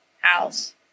house